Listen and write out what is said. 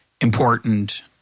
important